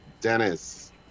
Dennis